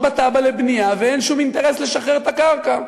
בתב"ע לבנייה ואין שום אינטרס לשחרר את הקרקע,